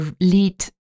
lead